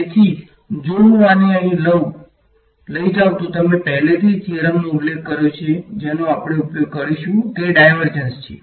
તેથી જો હું આને અહીં લઈ જાઉં તો તમે પહેલેથી જ થીયરમનો ઉલ્લેખ કર્યો છે જેનો આપણે ઉપયોગ કરીશું તે ડાયવર્જંસ છે